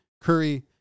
Curry